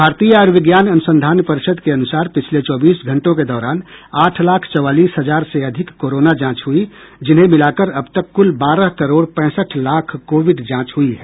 भारतीय आयुर्विज्ञान अनुसंधान परिषद के अनुसार पिछले चौबीस घंटों के दौरान आठ लाख चौवालीस हजार से अधिक कोरोना जांच हुई जिन्हें मिलाकर अब तक कूल बारह करोड पैंसठ लाख कोविड जांच हुई है